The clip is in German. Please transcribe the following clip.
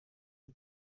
ein